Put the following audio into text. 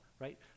right